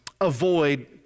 avoid